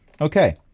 Okay